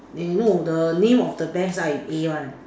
no the name of the bears start with A one